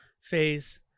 phase